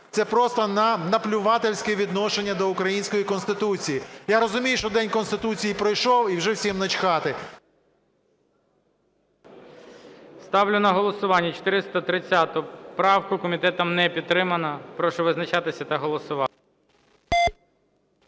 це просто наплювательське відношення до української Конституції. Я розумію, що День Конституції пройшов і вже всім начхати… ГОЛОВУЮЧИЙ. Ставлю на голосування 430 правку. Комітетом не підтримано. Прошу визначатися та голосувати.